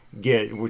get